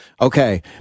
Okay